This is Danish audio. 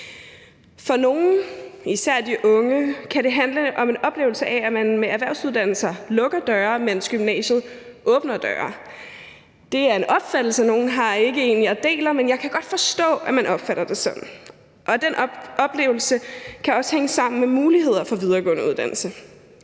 For nogle, især de unge, kan det handle om en oplevelse af, at man med erhvervsuddannelser lukker døre, mens gymnasiet åbner døre. Det er en opfattelse, nogle har – ikke en, jeg deler, men jeg kan godt forstå, at man opfatter det sådan, og den oplevelse kan også hænge sammen med muligheder for videregående uddannelse.